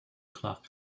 clock